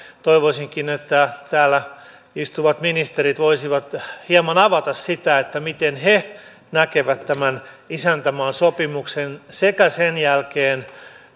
toivoisinkin että täällä istuvat ministerit voisivat hieman avata miten he näkevät tämän isäntämaasopimuksen sekä sen jälkeen